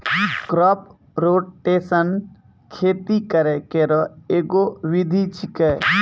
crop rotation खेती करै केरो एगो विधि छिकै